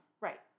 Right